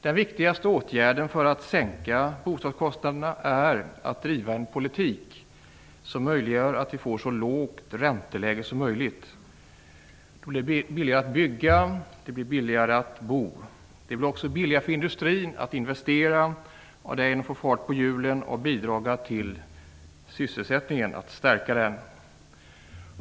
Den viktigaste åtgärden för att sänka bostadskostnaderna är att driva en politik som möjliggör ett så lågt ränteläge som möjligt. Då blir det billigare att bygga, och det blir billigare att bo. Det blir också billigare för industrin att investera och därigenom få fart på hjulen och bidra till att stärka sysselsättningen.